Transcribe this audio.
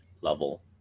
level